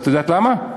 את יודעת למה?